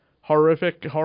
horrific